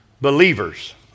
believers